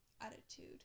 attitude